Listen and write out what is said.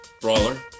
brawler